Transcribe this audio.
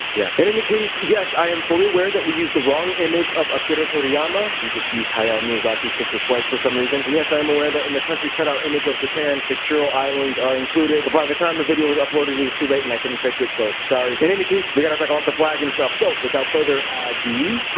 yeah. in any case, yes, i am fully aware that we use the wrong image of akira toriyama. we just used hayao miyazaki's picture twice for some reason. and yes i'm aware that in the country cutout image of japan, the kuril islands are included but by the time the video was uploaded, it was too late, and i couldn't fix it so, sorry. in any case, case, we gotta talk about the flag and stuff. so without further ado!